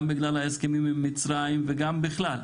עם מצרים וגם בכלל.